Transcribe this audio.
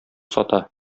сата